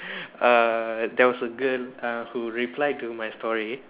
err there was a girl uh who replied to my story